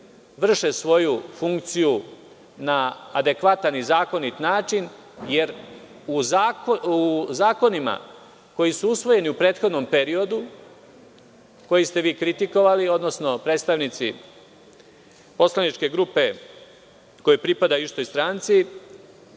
vrše svoju funkciju na adekvatan i zakonit način, jer u zakonima koji su usvojeni u prethodnom periodu, koji ste vi kritikovali, odnosno predstavnici poslaničke grupe koja pripada istoj stranci,